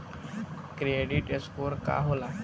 Credit score का होला?